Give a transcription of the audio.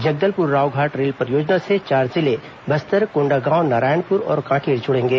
Jagdalpur Raoghat rail परियोजना से चार जिले बस्तर कोण्डागांव नारायणपुर और कांकेर जुडेंगे